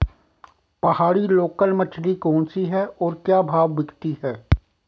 पहाड़ी लोकल मछली कौन सी है और क्या भाव बिकती है?